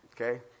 Okay